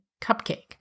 cupcake